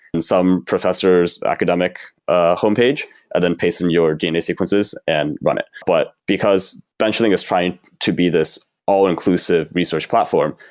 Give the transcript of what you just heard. in some professor s academic ah homepage and then paste in your dna sequences and run it. but because benchling is trying to be this all-inclusive research platform,